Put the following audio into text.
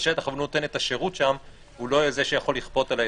ובשטח לא נותן את השירות שם - הוא לא זה שיכול לכפות על האזרחים.